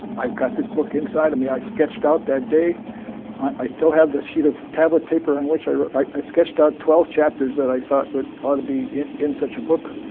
i've got this book inside of me. i sketched out that day i still have the sheet of tablet paper on which i wrote i sketched out twelve chapters that i thought but ought to be in such a book.